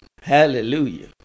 Hallelujah